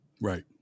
Right